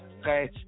Okay